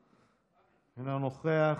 אינו נוכח,